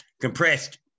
compressed